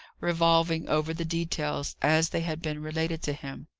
revolving over the details, as they had been related to him.